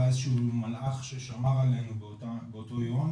היה איזה שהוא מלאך ששמר עלינו באותו היום,